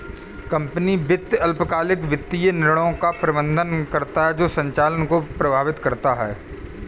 company वित्त अल्पकालिक वित्तीय निर्णयों का प्रबंधन करता है जो संचालन को प्रभावित करता है